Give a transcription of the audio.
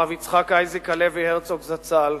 הרב יצחק אייזיק הלוי הרצוג זצ"ל,